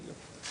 בדיוק.